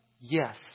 Yes